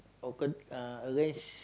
out turn uh arrange